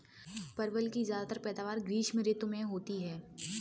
परवल की ज्यादातर पैदावार ग्रीष्म ऋतु में होती है